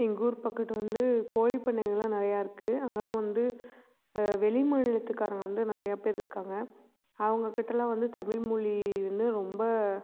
எங்கள் ஊர் பக்கட்டில் வந்து கோழி பண்ணை எல்லாம் நிறையா இருக்குது அங்கேலாம் வந்து வெளி மாநிலத்துக்காரங்க வந்து நிறையா பேர் இருக்காங்க அவுங்கக்கிட்டேலாம் வந்து தமிழ்மொழி வந்து ரொம்ப